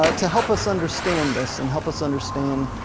ah to help us understand this and help us understand